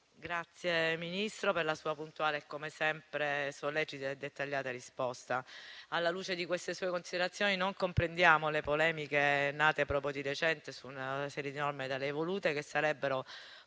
il Ministro per la sua puntuale e, come sempre, sollecita e dettagliata risposta. Alla luce di queste sue considerazioni, non comprendiamo le polemiche nate proprio di recente su una serie di norme volute dal Ministro